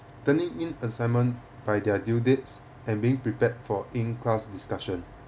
turning in assignment by their due dates and being prepared for in class discussion